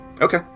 Okay